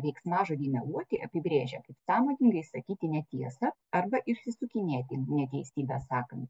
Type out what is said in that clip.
veiksmažodį meluoti apibrėžia kaip sąmoningai sakyti netiesą arba išsisukinėti neteisybę sakant